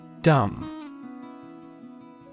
Dumb